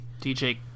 DJ